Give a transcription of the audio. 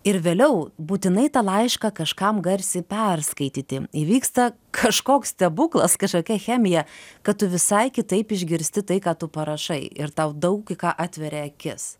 ir vėliau būtinai tą laišką kažkam garsiai perskaityti įvyksta kažkoks stebuklas kažkokia chemija kad tu visai kitaip išgirsti tai ką tu parašai ir tau daug į ką atveria akis